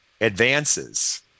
advances